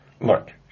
Look